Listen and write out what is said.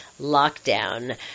lockdown